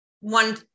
one